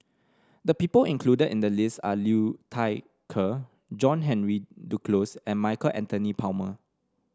the people included in the list are Liu Thai Ker John Henry Duclos and Michael Anthony Palmer